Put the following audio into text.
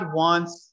wants